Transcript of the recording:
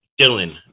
Dylan